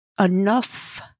enough